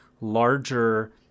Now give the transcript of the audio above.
larger